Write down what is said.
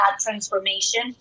transformation